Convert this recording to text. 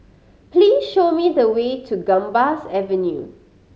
please show me the way to Gambas Avenue